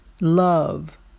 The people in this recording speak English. love